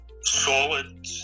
solid